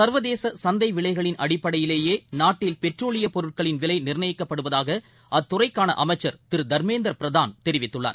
சர்வதேச சந்தை விலைகளின் அடிப்படையிலேயே நாட்டில் பெட்ரோலிய பொருட்களின் விலை நிர்ணயிக்கப்படுவதாக அத்துறைக்கான அமைச்சர் திரு தர்மேந்திர பிரதான் தெரிவித்துள்ளார்